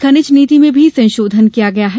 खनिज नीति में भी संशोधन किया गया है